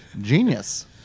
Genius